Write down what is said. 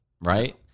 Right